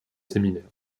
séminaires